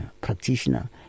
practitioner